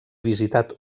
visitat